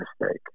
mistake